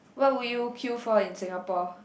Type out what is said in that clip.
what would you queue for in Singapore